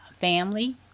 family